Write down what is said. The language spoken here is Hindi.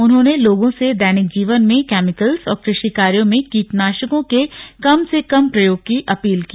उन्होंने लोगों से दैनिक जीवन में केमिकल्स और कृषि कार्यों में कीटनाशकों के कम से कम प्रयोग की अपील की